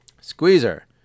Squeezer